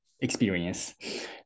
experience